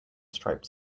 striped